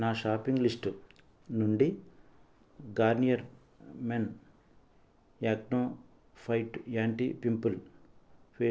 నా shopping list నుండి Garnier men acno fight anti pimple face wash తీసేయి